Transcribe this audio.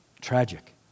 Tragic